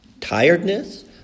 tiredness